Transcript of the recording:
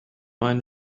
einen